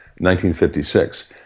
1956